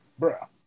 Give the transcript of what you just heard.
Bruh